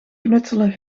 knutselen